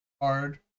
hard